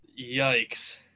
Yikes